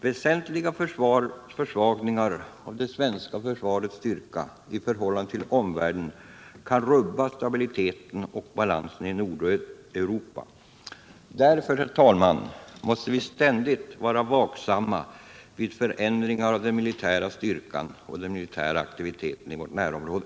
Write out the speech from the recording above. Väsentliga försvagningar av det svenska försvarets styrka i förhållande till omvärlden kan rubba stabiliteten och balansen i Nordeuropa. Därför, herr talman, måste vi ständigt vara vaksamma vid förändringar av den militära styrkan och den militära aktiviteten i vårt närområde.